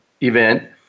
event